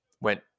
Went